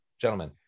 gentlemen